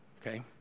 Okay